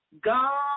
God